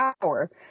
power